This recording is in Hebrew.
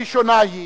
הראשונה היא